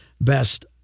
best